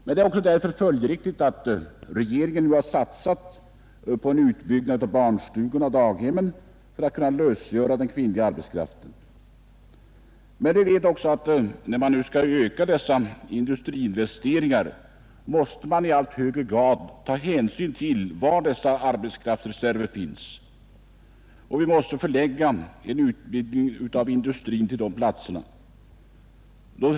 Det är därför följdriktigt att regeringen nu har satsat på en utbyggnad av barnstugorna och barndaghemmen för att kunna lösgöra den kvinnliga arbetskraften. När man nu skall öka industrivesteringarna, måste man i allt högre grad ta hänsyn till var arbetskraftsreserverna finns. Vi måste förlägga en utvidgning av industrin till de platserna.